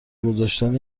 گذاشتن